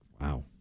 Wow